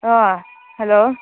ꯑꯥ hello